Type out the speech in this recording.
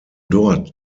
dort